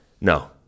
No